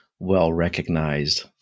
well-recognized